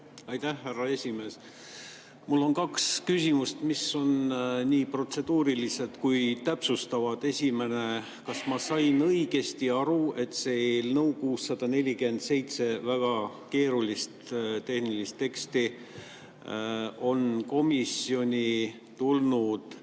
Aitäh, härra esimees! Mul on kaks küsimust, mis on nii protseduurilised kui ka täpsustavad. Esimene. Kas ma sain õigesti aru, et eelnõu 647 väga keeruline tehniline tekst on komisjoni tulnud